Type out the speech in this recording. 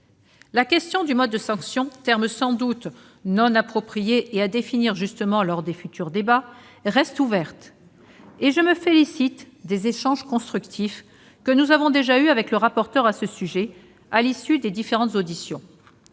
La question du mode de sanction, terme sans doute non approprié et à préciser lors des futurs débats, reste ouverte. Je me félicite des échanges constructifs que nous avons déjà eus avec le rapporteur à ce sujet à l'issue des différentes auditions.